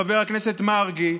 חבר הכנסת מרגי,